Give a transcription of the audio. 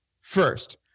first